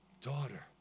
daughter